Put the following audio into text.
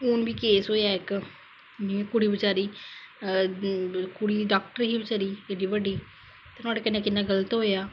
हून बी केस होया कि कुड़ी बचारी कुड़ी डाॅकटर ही बचारी एहडी बड्डी ते नुआढ़े कन्ने किना गल्त होया